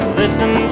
listen